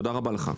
תודה רבה לך.